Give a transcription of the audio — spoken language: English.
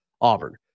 Auburn